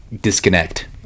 disconnect